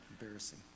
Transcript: embarrassing